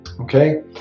Okay